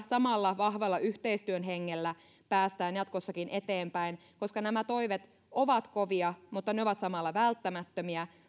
samalla vahvalla yhteistyön hengellä päästään jatkossakin eteenpäin koska nämä toimet ovat kovia mutta ne ovat samalla välttämättömiä